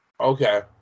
Okay